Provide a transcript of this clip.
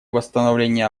восстановления